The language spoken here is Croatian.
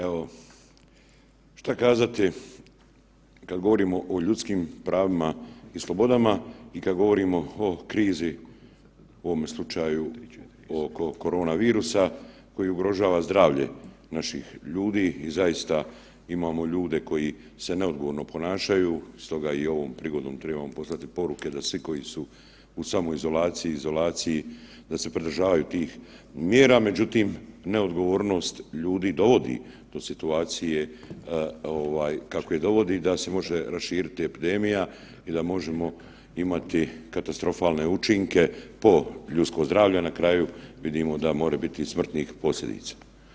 Evo, što kazati kad govorimo o ljudskim pravima i slobodama i kad govorimo o krizi u ovome slučaju oko koronavirusa koji ugrožava zdravlje naših ljudi i zaista imamo ljude koji se neodgovorno ponašaju, stoga i ovom prigodom trebamo poslati poruke da svi koji su u samoizolaciji i izolaciji da se pridržavaju tih mjera, međutim, neodgovornost ljudi dovodi do situacije kako je dovodi, da se može raširiti epidemija i da možemo imati katastrofalne učinke po ljudsko zdravlje, na kraju vidimo da može biti i smrtnih posljedica.